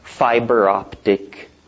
fiber-optic